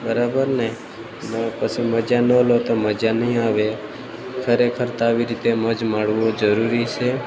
બરાબર ને ને પછી મજા ન લો તો મજા નહીં આવે ખરેખર તો આવી રીતે મોજ માણવું જરૂરી છે